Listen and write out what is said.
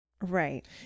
Right